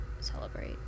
celebrate